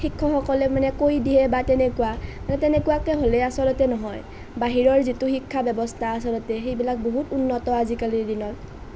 শিক্ষকসকলে মানে কৈ দিয়ে বা তেনেকুৱা তেনেকুৱাকে হ'লে আচলতে নহয় বাহিৰৰ যিটো শিক্ষা ব্যৱস্থা আচলতে সেইবিলাক বহুত উন্নত আজিকালিৰ দিনত